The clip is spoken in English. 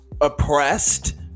oppressed